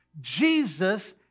Jesus